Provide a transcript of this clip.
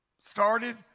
started